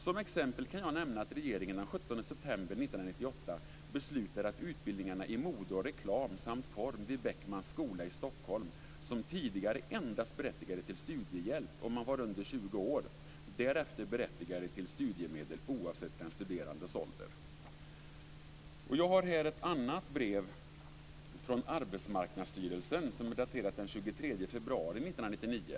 Som exempel kan jag nämna att regeringen den Stockholm, som tidigare endast berättigade till studiehjälp om man var under 20 år, därefter berättigar till studiemedel oavsett den studerandes ålder." Jag har också ett annat brev här. Det är från Arbetsmarknadsstyrelsen och daterat den 23 februari 1999.